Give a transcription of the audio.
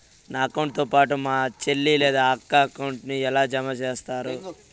నా అకౌంట్ తో పాటు మా చెల్లి లేదా అక్క అకౌంట్ ను ఎలా జామ సేస్తారు?